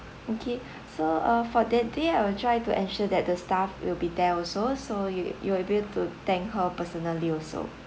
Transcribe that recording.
okay so uh for that day I will try to ensure that the staff will be there also so you you will be able to thank her personally also